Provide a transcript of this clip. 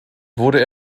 wurde